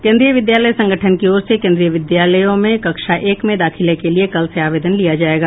केंद्रीय विद्यालय संगठन की ओर से केंद्रीय विद्यालयों में कक्षा एक में दाखिले के लिये कल से आवेदन लिया जायेगा